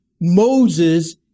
Moses